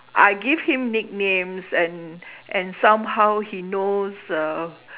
I give him nicknames and and somehow he knows uh